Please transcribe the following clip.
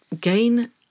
gain